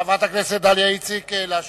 חברת הכנסת דליה איציק תשיב.